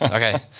okay.